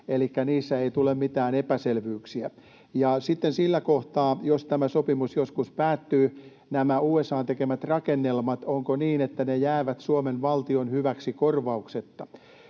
elikkä niissä ei tule mitään epäselvyyksiä? Sitten sillä kohtaa, jos tämä sopimus joskus päättyy, onko niin, että nämä USA:n tekemät rakennelmat jäävät Suomen valtion hyväksi korvauksetta?